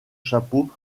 chapeaux